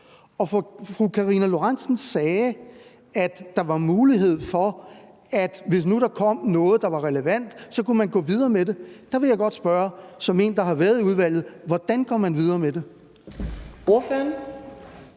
Fru Karina Lorentzen Dehnhardt sagde, at der var mulighed for, at man, hvis nu der kom noget, der var relevant, kunne gå videre med det. Der vil jeg godt spørge som en, der har været i udvalget: Hvordan går man videre med det?